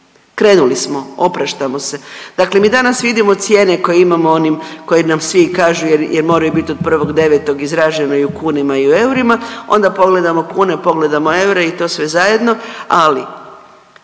Krenuli smo, opraštamo se. Dakle mi danas vidimo cijene koje imamo onim, koje nam svi kažu jer moraju bit od 1.9. izražene i u kunama i u eurima, onda pogledamo kune, pogledamo eure i to sve zajedno, ali.